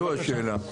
זו השאלה.